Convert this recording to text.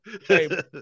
Hey